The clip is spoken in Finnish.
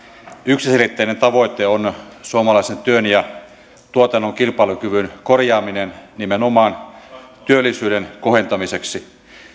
yksiselitteinen tavoite on on suomalaisen työn ja tuotannon kilpailukyvyn korjaaminen nimenomaan työllisyyden kohentamiseksi